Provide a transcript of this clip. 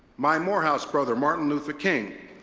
my morehouse brother martin luther king,